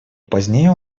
позднее